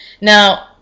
Now